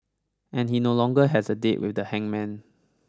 and he no longer has a date with the hangman